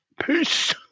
Peace